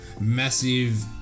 Massive